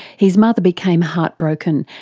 his mother became heartbroken,